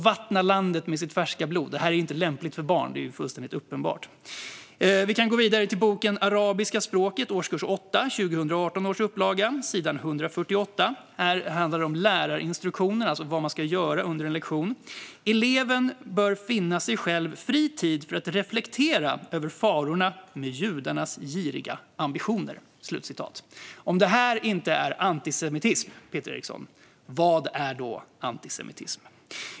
Vattna landet med sitt färska blod - att det här inte är lämpligt för barn är fullständigt uppenbart. Vi kan gå vidare till boken Arabiska språket , årskurs 8, 2018 års upplaga, s. 148. Här handlar det om lärarinstruktionen, alltså vad man ska göra under en lektion: Eleven bör finna sig själv fri tid för att reflektera över farorna med judarnas giriga ambitioner. Om det här inte är antisemitism, Peter Eriksson, vad är då antisemitism?